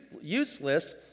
useless